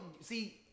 See